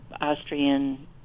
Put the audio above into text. Austrian